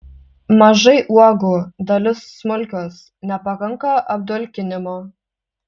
mažai uogų dalis smulkios nepakanka apdulkinimo